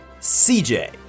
CJ